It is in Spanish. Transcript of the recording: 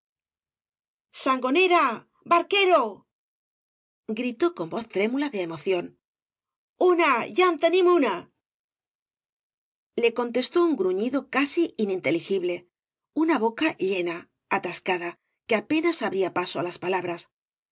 sangonera barquero gritó con voz trémula de emoción una ya n tenim una le contestó un gruñido casi ininteligible una boca llena atascada que apenas abría paso á las palabras